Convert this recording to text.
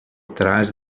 trás